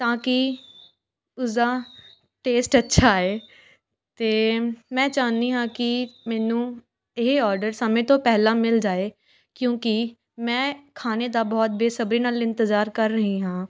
ਤਾਂ ਕਿ ਉਸਦਾ ਟੇਸਟ ਅੱਛਾ ਆਏ ਅਤੇ ਮੈਂ ਚਾਹੁੰਦੀ ਹਾਂ ਕਿ ਮੈਨੂੰ ਇਹ ਔਡਰ ਸਮੇਂ ਤੋਂ ਪਹਿਲਾਂ ਮਿਲ ਜਾਵੇ ਕਿਉਂਕਿ ਮੈਂ ਖਾਣੇ ਦਾ ਬਹੁਤ ਬੇਸਬਰੀ ਨਾਲ ਇੰਤਜ਼ਾਰ ਕਰ ਰਹੀ ਹਾਂ